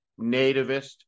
nativist